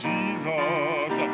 Jesus